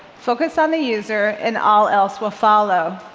focus on the user, and all else will follow.